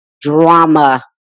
drama